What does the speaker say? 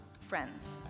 friends